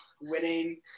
winning